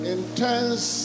Intense